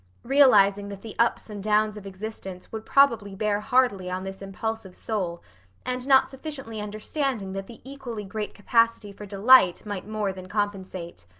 realizing that the ups and downs of existence would probably bear hardly on this impulsive soul and not sufficiently understanding that the equally great capacity for delight might more than compensate.